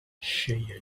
cheia